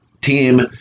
team